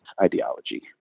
ideology